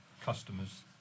customers